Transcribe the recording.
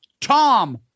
Tom